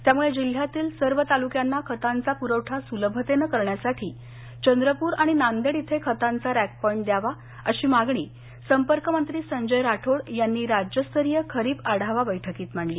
त्यामुळे जिल्ह्यातील सर्व तालुक्यांना खतांचा पूरवठा सुलभतेनं करण्यासाठी चंद्रपूर आणि नांदेड इथे खतांचा रॅक पॉईंट द्यावा अशी मागणी संपर्कमंत्री संजय राठोड यांनी राज्यस्तरीय खरीप आढावा बैठकीत मांडली